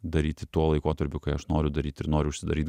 daryti tuo laikotarpiu kai aš noriu daryt ir noriu užsidaryt